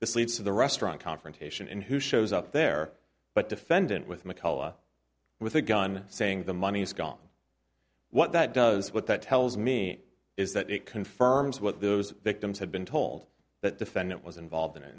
this leads to the restaurant confrontation and who shows up there but defendant with mccullough with a gun saying the money is gone what that does what that tells me is that it confirms what those victims had been told that defendant was involved in